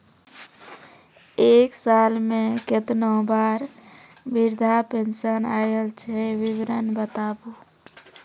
एक साल मे केतना बार वृद्धा पेंशन आयल छै विवरन बताबू?